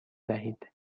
دهید